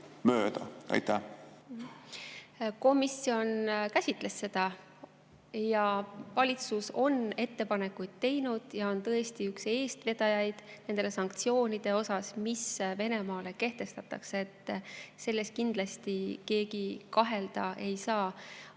Komisjon käsitles seda. Valitsus on ettepanekuid teinud ja [Eesti] on tõesti olnud üks eestvedajaid nende sanktsioonide puhul, mis Venemaale kehtestatakse. Selles kindlasti keegi kahelda ei saa.